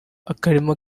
akarima